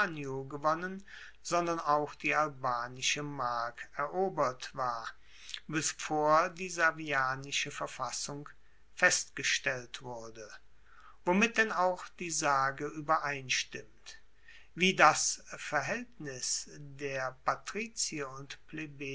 gewonnen sondern auch die albanische mark erobert war bevor die servianische verfassung festgestellt wurde womit denn auch die sage uebereinstimmt wie das verhaeltnis der patrizier und